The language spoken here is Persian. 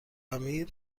امیر